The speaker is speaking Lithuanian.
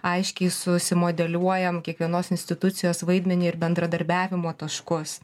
aiškiai susimodeliuojam kiekvienos institucijos vaidmenį ir bendradarbiavimo taškus